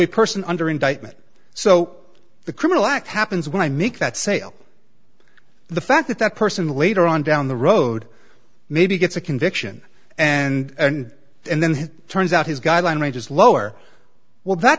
a person under indictment so the criminal act happens when i make that sale the fact that that person later on down the road maybe gets a conviction and and then turns out his guideline range is lower well that